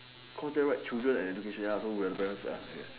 cause there write children education ya so we are parents